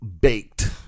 Baked